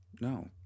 No